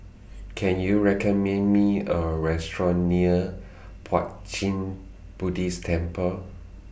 Can YOU recommend Me A Restaurant near Puat Jit Buddhist Temple